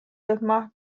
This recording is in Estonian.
jõudma